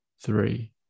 three